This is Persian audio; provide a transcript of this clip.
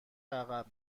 عقب